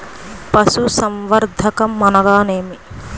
పశుసంవర్ధకం అనగానేమి?